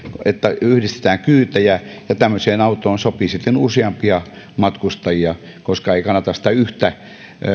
että yhdistetään kyytejä ja tämmöiseen autoon sopii sitten useampia matkustajia koska ei kannata sitä yhtä